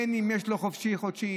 בין אם יש לו חופשי חודשי,